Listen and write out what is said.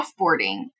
offboarding